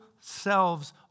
selves